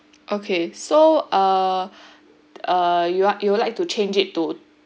okay so uh uh you are you would like to change it to